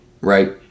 right